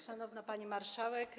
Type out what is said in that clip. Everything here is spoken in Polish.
Szanowna Pani Marszałek!